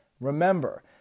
Remember